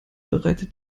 bereitet